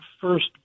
first